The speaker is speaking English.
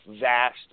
vast